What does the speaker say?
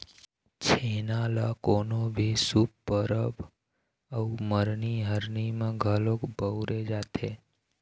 छेना ल कोनो भी शुभ परब अउ मरनी हरनी म घलोक बउरे जाथे